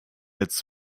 its